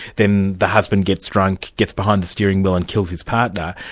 then the husband gets drunk, gets behind the steering wheel and kills his partner.